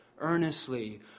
earnestly